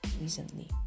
recently